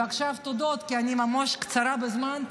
ועכשיו תודות, כי אני ממש קצרה בזמן.